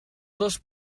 dos